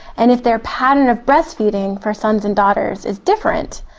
and if their pattern of breastfeeding for sons and daughters is different,